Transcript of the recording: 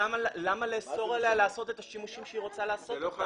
למה לאסור עליה לעשות את השימושים שהיא רוצה לעשות?